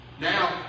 Now